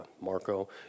Marco